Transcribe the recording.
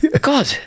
god